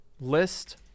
List